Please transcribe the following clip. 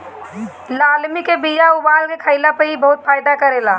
लालमि के बिया उबाल के खइला पर इ बहुते फायदा करेला